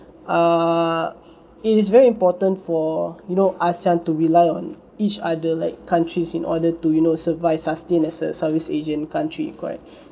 err it is very important for you know ASEAN to rely on each other like countries in order to you know survive sustain as a southeast asian country correct